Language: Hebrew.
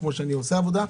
כמו שאני עושה עבודה.